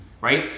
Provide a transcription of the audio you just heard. right